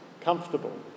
comfortable